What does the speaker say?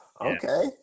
okay